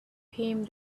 him